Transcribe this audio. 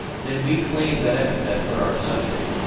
then we claim that epithet for our subject.